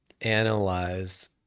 analyze